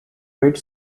weight